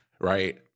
right